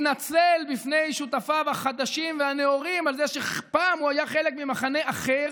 מתנצל בפני שותפיו החדשים והנאורים על זה שפעם הוא היה חלק ממחנה אחר.